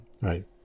Right